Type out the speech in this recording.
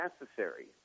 necessary